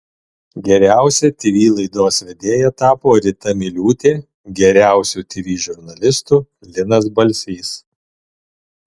geriausia tv laidos vedėja tapo rita miliūtė geriausiu tv žurnalistu linas balsys